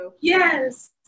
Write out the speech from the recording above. Yes